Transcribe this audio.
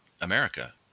America